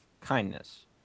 kindness